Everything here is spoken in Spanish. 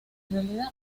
realidad